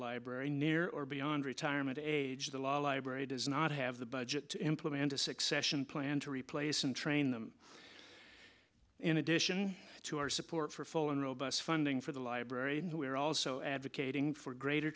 library near or beyond retirement age the law library does not have the budget to implement a succession plan to replace and train them in addition to our support for full and robust funding for the library we are also advocating for greater